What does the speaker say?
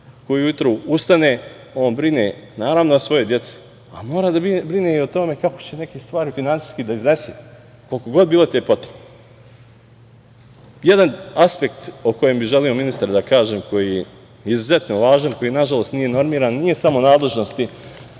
koji ujutru ustane on brine, naravno, o svojoj deci, a mora da brine i o tome kako će neke stvari finansijski da iznese, kolike god bilo te potrebe. Jedan aspekt o kojem bih želeo ministru da kažem, koji je izuzetno važan, koji nažalost nije normiran, nije samo u nadležnosti